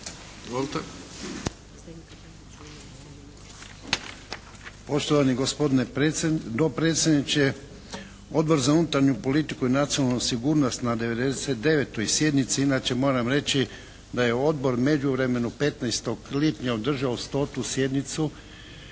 (HDZ)** Poštovani gospodine dopredsjedniče, Odbor za unutarnju politiku i nacionalnu sigurnost na 99. sjednici, inače moram reći da je Odbor u međuvremenu 15. lipnja održao 100. sjednicu